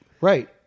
Right